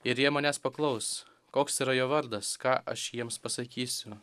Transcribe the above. ir jie manęs paklaus koks yra jo vardas ką aš jiems pasakysiu